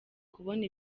kubona